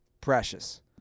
Precious